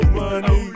money